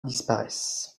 disparaissent